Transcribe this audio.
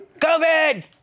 COVID